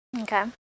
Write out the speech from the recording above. Okay